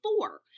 four